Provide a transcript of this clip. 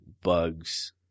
bugs